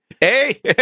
Hey